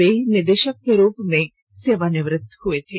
वे निदेशक के रूप में सेवानिवृत्त हुए थे